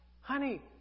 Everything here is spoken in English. honey